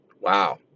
Wow